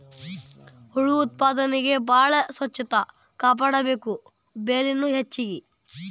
ಹುಳು ಉತ್ಪಾದನೆಗೆ ಬಾಳ ಸ್ವಚ್ಚತಾ ಕಾಪಾಡಬೇಕ, ಬೆಲಿನು ಹೆಚಗಿ